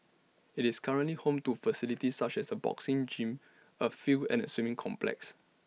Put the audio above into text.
IT is currently home to facilities such as A boxing gym A field and A swimming complex